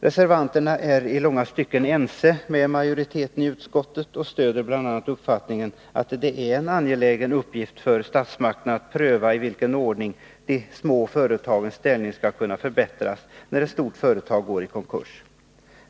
Reservanterna är i långa stycken ense med majoriteten i utskottet och stöder bl.a. uppfattningen att det är en angelägen uppgift för statsmakterna att pröva i vilken ordning de små företagens ställning skall kunna förbättras, när ett stort företag går i konkurs.